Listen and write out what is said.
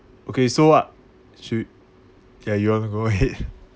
okay so what should ya you want to go ahead